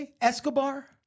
Escobar